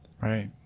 Right